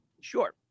Sure